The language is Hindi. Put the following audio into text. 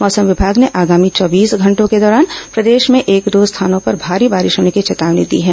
मौसम विभाग ने आगामी चौबीस घंटों के दौरान प्रदेश में एक दो स्थानों पर भारी बारिश होने की चेतावनी दी है